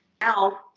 Now